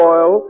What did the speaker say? Oil